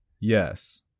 Yes